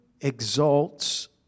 exalts